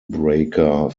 breaker